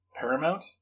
Paramount